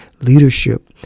leadership